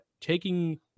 taking